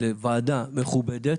לוועדה מכובדת